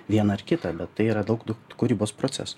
vieną ar kitą bet tai yra daug tų kūrybos proceso